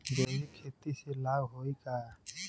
जैविक खेती से लाभ होई का?